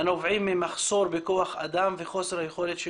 הנובעים ממחסור בכוח אדם וחוסר היכולת של